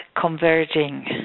converging